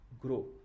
grow